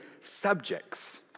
subjects